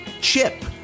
chip